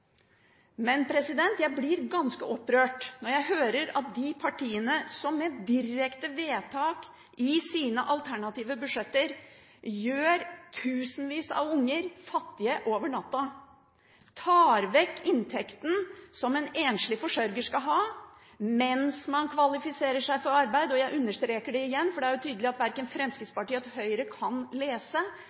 Men jeg blir ganske opprørt når jeg hører at de partiene som med direkte vedtak i sine alternative budsjetter gjør tusenvis av unger fattige over natta, tar vekk inntekten som en enslig forsørger skal ha mens man kvalifiserer seg for arbeid. Jeg understreker det igjen, for det er tydelig at verken Fremskrittspartiet eller Høyre kan lese